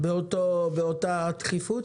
באותה תכיפות?